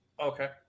Okay